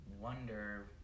wonder